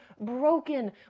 broken